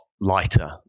lighter